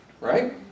right